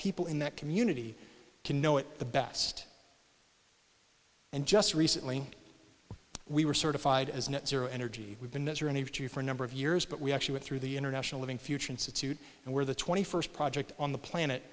people in that community to know it the best and just recently we were certified as net zero energy we've been there any of two for a number of years but we actually went through the international living future institute and where the twenty first project on the planet